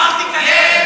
ילד בן 15. אמרתי: כנראה.